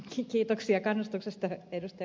kiitoksia kannustuksesta ed